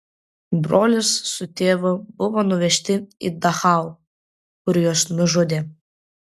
brolis su tėvu buvo nuvežti į dachau kur juos nužudė